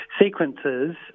Sequences